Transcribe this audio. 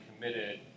committed